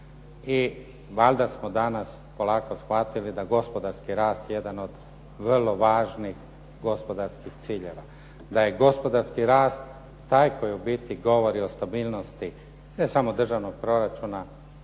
i valjda smo danas polako shvatili da gospodarski rast je jedan od vrlo važnih gospodarskih ciljeva, da je gospodarski rast taj koji u biti govori o stabilnosti ne samo državnog proračuna